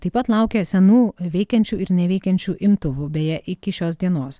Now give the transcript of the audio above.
taip pat laukia senų veikiančių ir neveikiančių imtuvų beje iki šios dienos